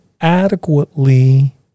adequately